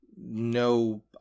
no